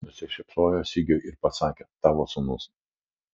nusišypsojo sigiui ir pasakė tavo sūnus